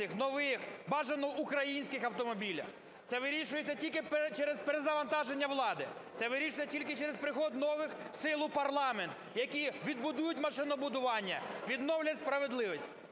нових, бажано українських автомобілях. Це вирішується тільки через перезавантаження влади, це вирішується тільки через прихід нових сил у парламент, які відбудують машинобудування, відновлять справедливість.